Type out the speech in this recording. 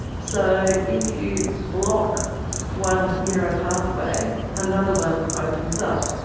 so, if you block one neuropathway another one opens up.